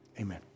Amen